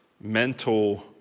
mental